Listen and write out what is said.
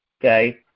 Okay